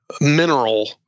Mineral